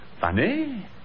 Funny